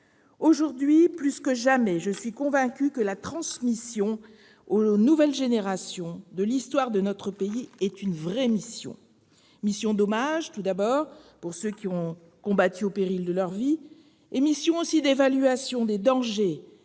Aujourd'hui plus que jamais, je suis convaincue que la transmission aux nouvelles générations de l'histoire de notre pays est une vraie mission : mission d'hommage envers celles et ceux qui ont combattu au péril de leur vie ; mission d'évaluation des dangers,